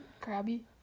crabby